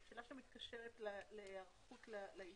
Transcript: שאלה שמתקשרת להיערכות לייצור,